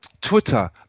Twitter